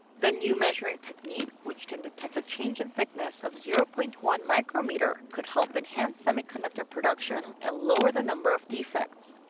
the new measuring technique, which can detect a change in thickness of zero-point-one micrometer, could help enhance semiconductor production and lower the number of defects.